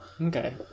Okay